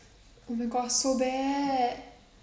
oh my god so bad